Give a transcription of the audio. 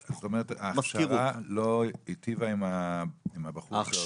זאת אומרת ההכשרה לא הטיבה עם הבחור שעובד בניהול משרד?